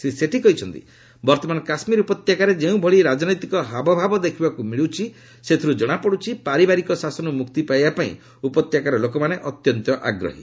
ଶ୍ରୀ ସେଠୀ କହିଛନ୍ତି ବର୍ତ୍ତମାନ କାଶ୍ମୀର ଉପତ୍ୟକାରେ ଯେଉଁଭଳି ରାଜନୈତିକ ହାବଭାବ ଦେଖିବାକୁ ମିଳୁଛି ସେଥିରୁ ଜଣାପଡୁଛି ପାରିବାରିକ ଶାସନରୁ ମୁକ୍ତି ପାଇବା ପାଇଁ ଉପତ୍ୟକାର ଲୋକମାନେ ଅତ୍ୟନ୍ତ ଆଗ୍ରହୀ